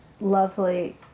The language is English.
lovely